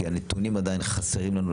כי רוב הנתונים חסרים לו.